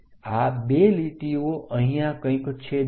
આ બે લીટીઓ અહીંયા કંઈક છેદશે